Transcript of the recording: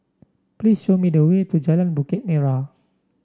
please show me the way to Jalan Bukit Merah